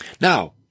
Now